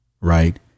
Right